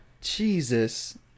Jesus